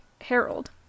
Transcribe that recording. Harold